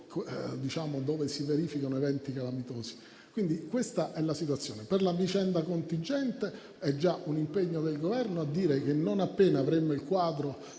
cui si verificano eventi calamitosi. Questa è la situazione. Per la vicenda contingente c'è già un impegno del Governo nel dire che, non appena avremo il quadro